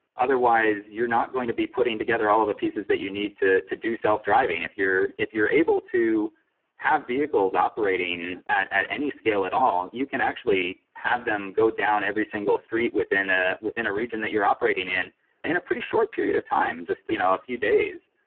otherwise, you're not going to be putting together all of the pieces that you need to to do self-driving. if you're if you're able to have vehicles operating at at any scale at all, you can actually have them go down every single street within ah within a region that you're operating in in a pretty short period of time, just you know a few days.